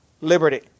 liberty